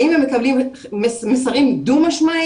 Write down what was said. האם הם מקבלים מסרים דו-משמעיים?